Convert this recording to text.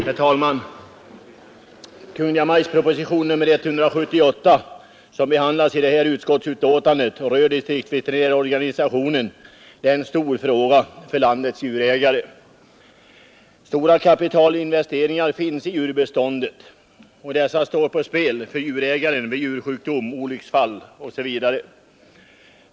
Herr talman! Kungl. Maj:ts proposition nr 178 som behandlas i detta utskottsbetänkande och som rör distriktsveterinärorganisationen tar upp en stor fråga för landets djurägare. Stora kapitalinvesteringar finns i djurbeståndet och dessa står på spel för djurägaren vid djursjukdom, olycksfall osv.